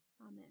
Amen